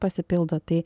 pasipildo tai